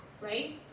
right